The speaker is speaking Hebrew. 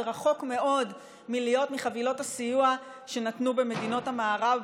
ורחוק מאוד מלהיות חבילות הסיוע שנתנו במדינות המערב,